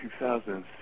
2006